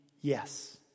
yes